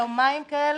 יומיים כאלה,